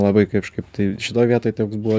labai kažkaip tai šitoj vietoj toks buvo